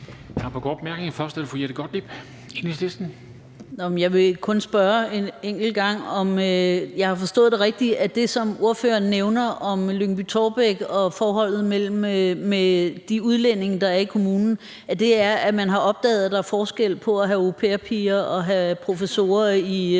Jeg vil kun spørge en enkelt gang, om jeg har forstået det rigtigt: Det, som ordføreren nævner om Lyngby-Taarbæk og forholdet med de udlændinge, der er i kommunen, er, at man har opdaget, at der er forskel på at have au pair-piger og at have professorer i højere